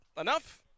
enough